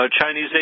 Chinese